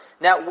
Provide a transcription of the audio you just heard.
Now